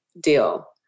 deal